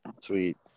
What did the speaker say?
Sweet